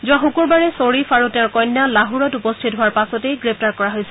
যোৱা শুকূৰবাৰে শ্বৰীফ আৰু তেওঁৰ কন্যা লাহোৰত উপস্থিত হোৱাৰ পাছতেই গ্ৰেপ্তাৰ কৰা হৈছিল